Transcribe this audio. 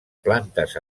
plantes